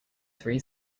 three